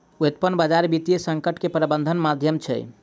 व्युत्पन्न बजार वित्तीय संकट के प्रबंधनक माध्यम छै